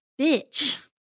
bitch